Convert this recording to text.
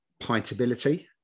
pintability